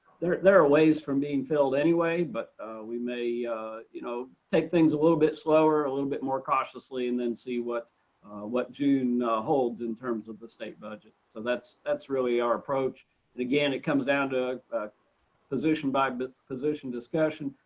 there there are ways from being filled anyway. but we may you know take things a little bit slower, a little bit more cautiously, and then see what what june holds in terms of the state budget. so that's that's really our approach again it comes down to a position by position discussion.